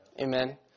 Amen